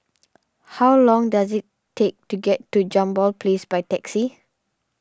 how long does it take to get to Jambol Place by taxi